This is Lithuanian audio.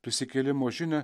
prisikėlimo žinią